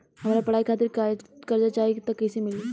हमरा पढ़ाई खातिर कर्जा चाही त कैसे मिली?